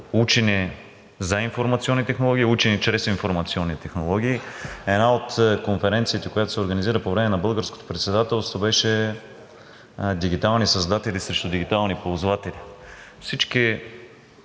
учене за информационни технологии и учене чрез информационни технологии. Една от конференциите, която се организира по време на българското председателство, беше „Дигитални създатели срещу дигитални ползватели“. Всички